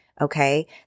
Okay